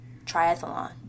triathlon